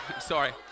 sorry